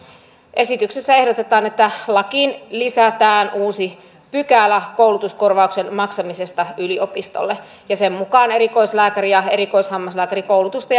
esityksessä ehdotetaan että lakiin lisätään uusi pykälä koulutuskorvauksen maksamisesta yliopistolle ja sen mukaan erikoislääkäri ja erikoishammaslääkärikoulutusta